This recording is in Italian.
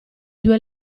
due